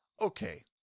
Okay